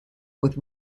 with